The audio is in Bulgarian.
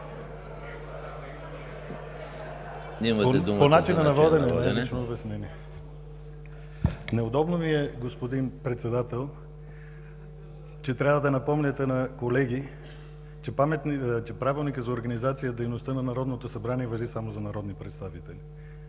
По начина на водене, не е лично обяснение. Неудобно ми е, господин Председател – трябва да напомняте на колеги, че Правилникът за организацията и дейността на Народното събрание важи само за народни представители.